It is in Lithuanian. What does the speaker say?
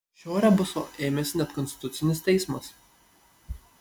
šio rebuso ėmėsi net konstitucinis teismas